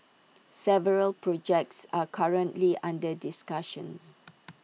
several projects are currently under discussion